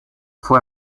fue